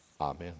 Amen